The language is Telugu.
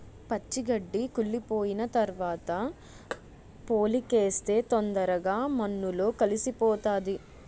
పచ్చి గడ్డి కుళ్లిపోయిన తరవాత పోలికేస్తే తొందరగా మన్నులో కలిసిపోతాది